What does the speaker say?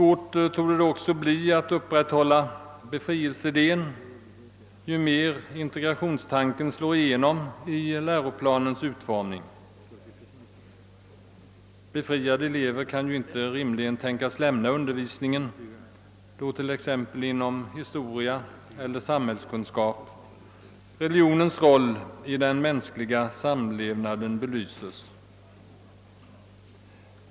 Det torde också bli allt svårare att bibehålla befrielsemöjligheten, ju mer integrationstanken slår igenom i läroplanens utformning. Befriade elever kan ju inte rimligen tänkas få lämna undervisningen när de avsnitt i t.ex. historia och samhällskunskap behandlas, vilka belyser religionens roll inom den mänskliga samlevnaden.